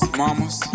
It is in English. mamas